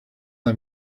let